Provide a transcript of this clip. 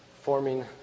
forming